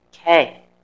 Okay